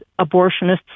abortionists